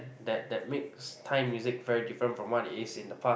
that that makes Thai music very different from what it is in the past